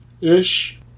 ish